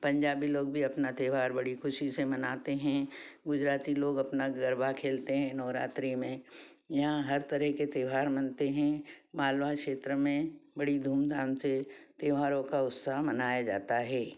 पंजाबी लोग भी अपना त्योहार बड़ी खुशी से मनाते हैं गुजराती लोग अपना गरबा खेलते हैं नवरात्रि में यहाँ हर तरह के त्योहार मनते हैं मालवा क्षेत्र में बड़ी धूम धाम से त्योहारों का उत्सव मनाया जाता है